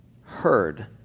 heard